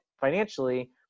financially